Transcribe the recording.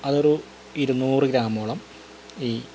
അതൊരു ഇരുനൂറു ഗ്രാമോളം ഈ